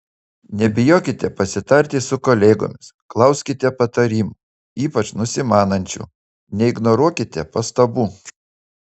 nebijokite pasitarti su kolegomis klauskite patarimų ypač nusimanančių neignoruokite pastabų